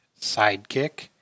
sidekick